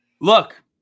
Look